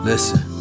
Listen